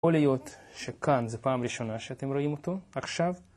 יכול להיות שכאן זה פעם ראשונה שאתם רואים אותו, עכשיו.